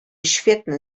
świetne